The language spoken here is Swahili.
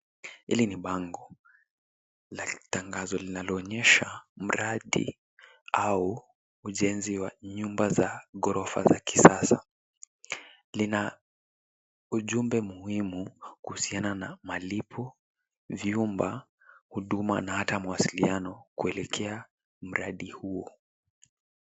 Hili ni bango la kitangazo linaloonyesha mradi au ujenzi wa nyumba za ghorofa za kisasa. Lina ujumbe muhimu kuhusiana na malipo ,vyumba ,huduma na hata mawasiliano kuelekea mradi huo.